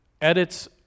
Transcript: edits